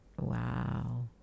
Wow